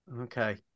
Okay